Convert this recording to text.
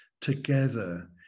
together